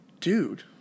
Dude